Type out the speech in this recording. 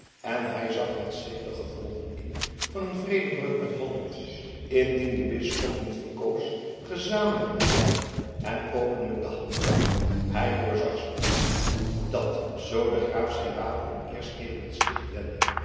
en hij zag met schrik de gevolgen in van een vredebreuk met holland indien de bisschop niet verkoos gezamenlijk met hen en openlijk te handelen hij doorzag spoedig dat zoo de graaf zijn wapenen eerst tegen het sticht wendde